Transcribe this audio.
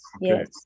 yes